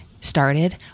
started